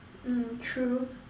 mm true